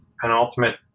Penultimate